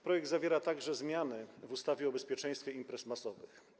Projekt zawiera także zmiany w ustawie o bezpieczeństwie imprez masowych.